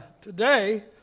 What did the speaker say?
today